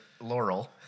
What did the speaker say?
Laurel